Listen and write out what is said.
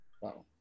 Wow